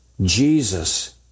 Jesus